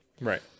Right